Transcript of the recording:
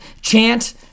chant